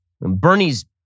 Bernie's